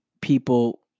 people